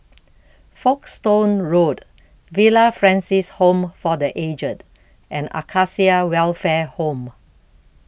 Folkestone Road Villa Francis Home for the Aged and Acacia Welfare Home